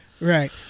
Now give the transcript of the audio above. right